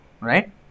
Right